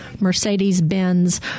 mercedes-benz